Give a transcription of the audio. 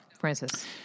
Francis